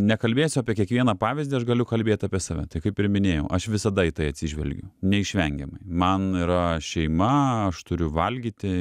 nekalbėsiu apie kiekvieną pavyzdį aš galiu kalbėt apie save tai kaip ir minėjau aš visada į tai atsižvelgiu neišvengiamai man yra šeima aš turiu valgyti